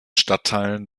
stadtteilen